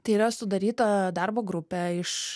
tai yra sudaryta darbo grupė iš